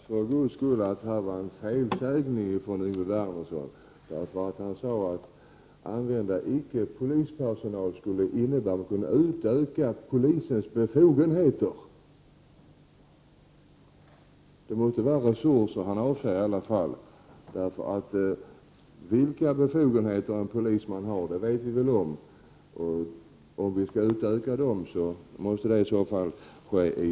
Fru talman! Jag hoppas för Guds skull att det var en felsägning, när Yngve Wernersson sade att om man använder icke polisutbildad personal skulle det innebära att man ökade polisens befogenheter. Det måste vara resurser som han avser. Vi vet vilka befogenheter en polisman har. Om man skall utöka dem måste det ske i annat sammanhang.